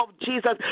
Jesus